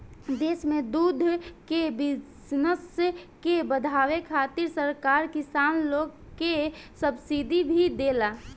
देश में दूध के बिजनस के बाढ़ावे खातिर सरकार किसान लोग के सब्सिडी भी देला